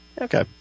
Okay